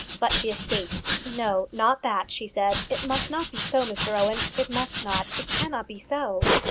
but she escaped. no, not that, she said. it must not be so, mr owen it must not. it cannot be so.